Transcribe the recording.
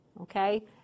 okay